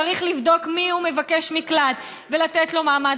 צריך לבדוק מיהו מבקש מקלט ולתת לו מעמד